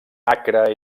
acre